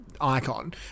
icon